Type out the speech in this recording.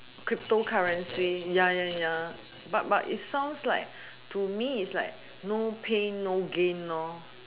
cryptocurrency ya ya ya but but it sounds like to me it's like no pain no gain